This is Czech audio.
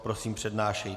Prosím, přednášejte.